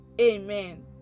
Amen